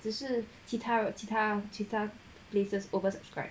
只是其他其他其他 places oversubscribed